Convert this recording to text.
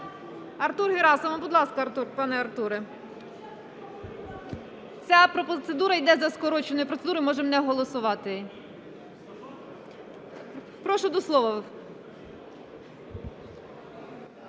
Артур Герасимов. Будь ласка, пане Артуре. Ця процедура йде за скороченою процедурою, можемо не голосувати її. Прошу до слова.